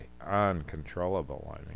uncontrollable